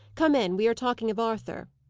come in. we are talking of arthur.